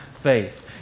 faith